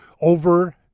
over